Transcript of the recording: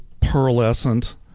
pearlescent